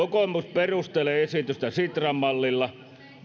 perustelee esitystä sitran mallilla